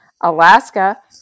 Alaska